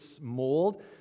mold